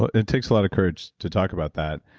but it takes a lot of courage to talk about that.